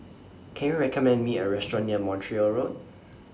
Can YOU recommend Me A Restaurant near Montreal Road